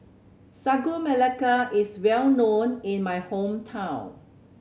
Sagu Melaka is well known in my hometown